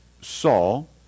Saul